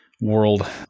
world